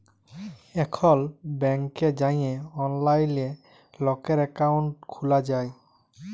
এখল ব্যাংকে যাঁয়ে অললাইলে লকের একাউল্ট খ্যুলা যায়